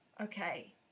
okay